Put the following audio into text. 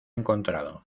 encontrado